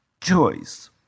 choice